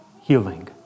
healing